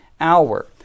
hour